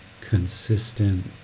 consistent